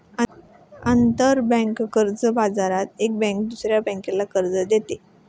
आंतरबँक कर्ज बाजारात एक बँक दुसऱ्या बँकेला कर्ज देते